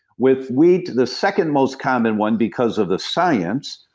with wheat, the second most common one because of the science,